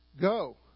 Go